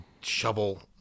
shovel